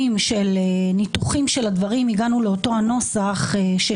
של ניתוחים של הדברים הגענו לאותו הנוסח של